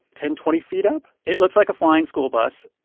ten, twenty feet up? it looks like a flying school bus,